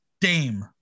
dame